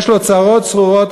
יש לו צרות צרורות,